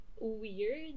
weird